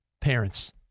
parents